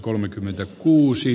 kannatan